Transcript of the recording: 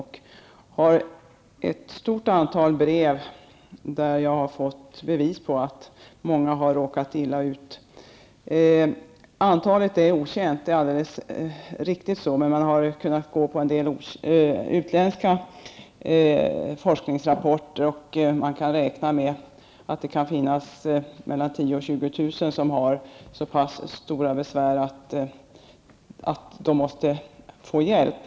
Jag har i ett stort antal brev fått bevis på att många har råkat illa ut. Antalet är okänt, det är alldeles riktigt, men man har kunnat gå efter en del utländska forskarrapporter. Man räknar med att det kan finnas mellan 10 000 och 20 000 personer som har så pass stora besvär att de måste få hjälp.